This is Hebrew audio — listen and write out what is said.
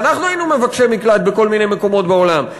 ואנחנו היינו מבקשי מקלט בכל מיני מקומות בעולם.